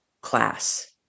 class